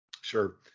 Sure